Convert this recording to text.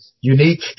unique